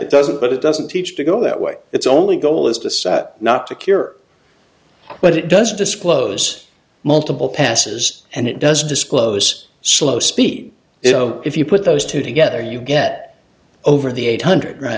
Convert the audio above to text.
it doesn't but it doesn't teach to go that way it's only goal is to say not to cure but it does disclose multiple passes and it does disclose slow speed you know if you put those two together you get over the eight hundred